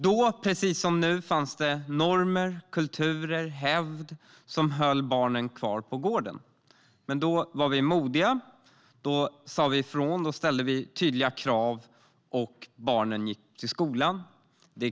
Då, precis som nu, fanns det normer, kulturer och hävd som höll barnen kvar på gården. Men vi var modiga och sa ifrån. Vi ställde tydliga krav, och barnen gick till skolan.